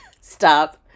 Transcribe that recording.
Stop